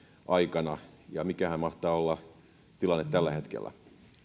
aikana ja mikähän mahtaa olla tilanne tällä hetkellä